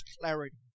clarity